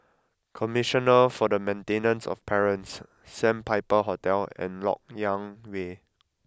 commissioner for the Maintenance of Parents Sandpiper Hotel and Lok Yang Way